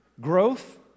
Growth